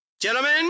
Gentlemen